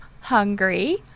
hungry